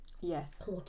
Yes